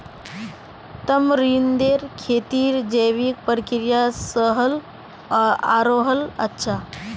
तमरींदेर खेती जैविक प्रक्रिया स ह ल आरोह अच्छा